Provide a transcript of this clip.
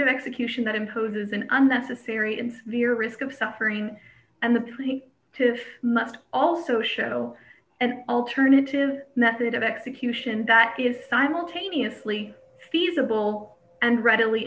of execution that imposes an unnecessary and severe risk of suffering and the plea to must also show an alternative method of execution that is simultaneously steve double and readily